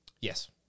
Yes